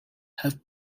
have